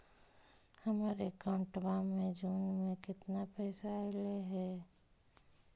हमर अकाउँटवा मे जून में केतना पैसा अईले हे?